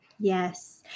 Yes